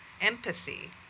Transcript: empathy